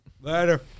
Later